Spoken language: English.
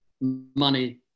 money